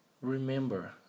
Remember